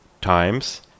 Times